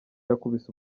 yakubise